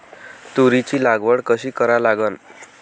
तुरीची लागवड कशी करा लागन?